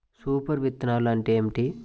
Super విత్తనాలు అంటే ఏమిటి?